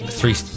three